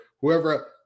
whoever